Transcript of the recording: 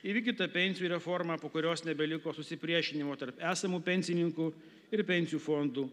įvykdyta pensijų reforma po kurios nebeliko susipriešinimo tarp esamų pensininkų ir pensijų fondų